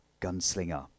Gunslinger